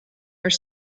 are